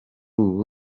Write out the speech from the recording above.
ubu